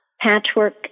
Patchwork